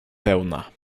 pełna